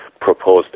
proposed